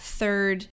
third